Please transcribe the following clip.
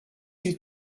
you